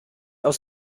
aus